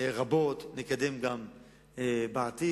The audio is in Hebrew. רבות, נקדם גם בעתיד.